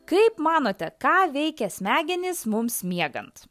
kaip manote ką veikia smegenys mums miegant